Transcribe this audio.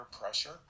pressure